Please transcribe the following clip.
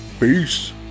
peace